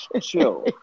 chill